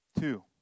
Two